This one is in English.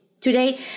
Today